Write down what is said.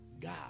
God